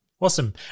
awesome